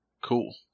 Cool